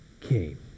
came